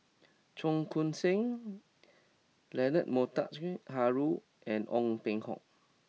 Cheong Koon Seng Leonard Montague Harrod and Ong Peng Hock